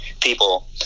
people